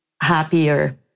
happier